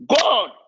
God